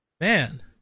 man